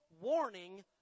warning